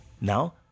Now